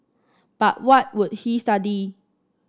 but what would he study